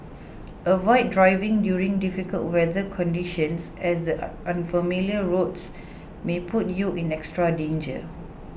avoid driving during difficult weather conditions as the unfamiliar roads may put you in extra danger